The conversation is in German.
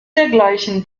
dergleichen